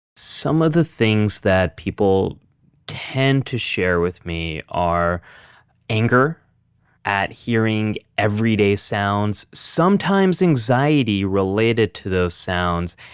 some of the things that people tend to share with me are anger at hearing everyday sounds. sometimes anxiety related to those sounds,